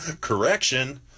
Correction